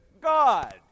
God